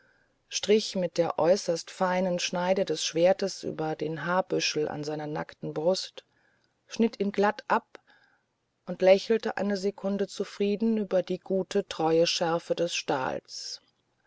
strich mit der äußerst feinen schneide des schwertes über den haarbüschel an seiner nackten brust schnitt ihn glatt ab und lächelte eine sekunde zufrieden über die gute treue schärfe des stahls